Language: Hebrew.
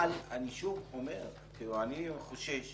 אבל אני שוב אומר שאני חושש